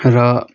र